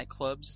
nightclubs